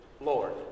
Lord